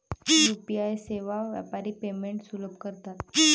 UPI सेवा व्यापारी payments सुलभ करतात